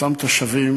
אותם תושבים